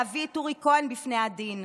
להביא את אורי כהן בפני הדין.